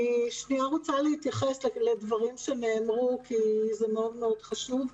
רוצה להתייחס לדברים שנאמרו כי זה חשוב מאוד.